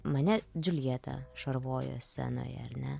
mane džiuljetą šarvojo scenoje ar ne